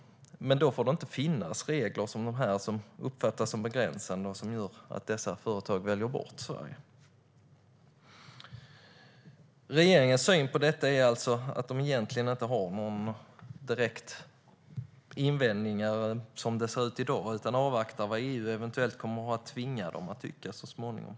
Men då får det inte finnas regler som de här, som uppfattas som begränsande och gör att dessa företag väljer bort Sverige. Regeringen har alltså egentligen inga direkta invändningar, som det ser ut i dag, utan avvaktar vad EU eventuellt kommer att tvinga dem att tycka så småningom.